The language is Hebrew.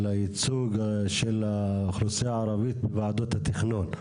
על הייצוג של האוכלוסייה הערבית בוועדות התכנון.